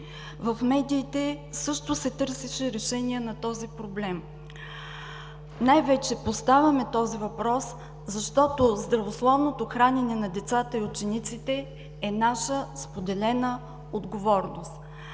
В медиите също се търсеше решение на този проблем. Най-вече поставяме този въпрос, защото здравословното хранене на децата и учениците е наша споделена отговорност.